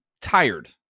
tired